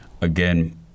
again